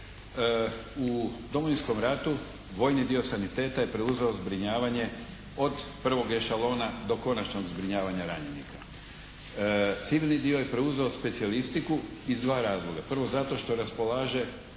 U Domovinskom ratu vojni dio saniteta je preuzeo zbrinjavanje od prvog gešalona do konačnog zbrinjavanja ranjenika. Civilni dio je preuzeo specijalistiku iz dva razloga. Prvo, zato što raspolaže